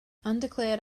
undeclared